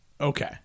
Okay